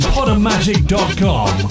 Podomatic.com